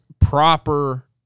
proper